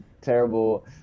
terrible